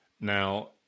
Now